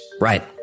Right